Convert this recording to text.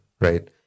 right